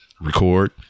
Record